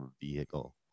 vehicle